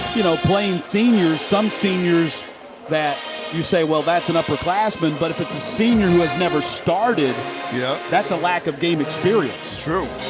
you know, playing seniors, some seniors that you say, well, that's an upper classman, but if it's a senior who never started yeah that's a lack of game experience. true,